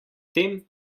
tem